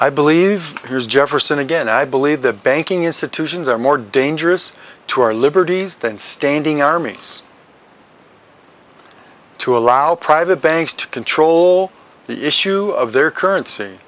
i believe here's jefferson again i believe that banking institutions are more dangerous to our liberties than standing armies to allow private banks to control the issue of their currency